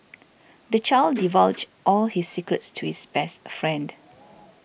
the child divulged all his secrets to his best friend